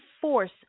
force